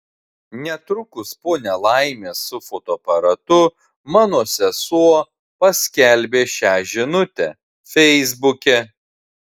netrukus po nelaimės su fotoaparatu mano sesuo paskelbė šią žinutę feisbuke